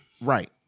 right